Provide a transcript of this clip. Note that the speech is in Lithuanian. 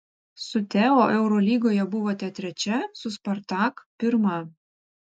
su teo eurolygoje buvote trečia su spartak pirma